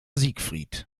siegfried